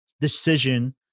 decision